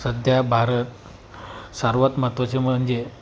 सध्या भारत सर्वात महत्त्वाचे म्हणजे